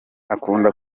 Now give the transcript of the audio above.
akunda